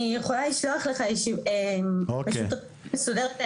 אני יכולה לשלוח לך בצורה מסודרת,